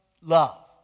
love